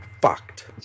fucked